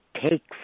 Take